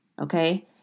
okay